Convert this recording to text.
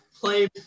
Play